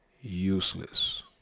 Useless